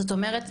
זאת אומרת,